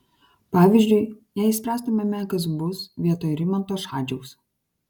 pavyzdžiui jei spręstumėme kas bus vietoj rimanto šadžiaus